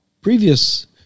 previous